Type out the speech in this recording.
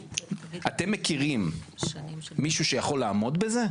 אתם מכירים מישהו שיכול לעמוד בזה,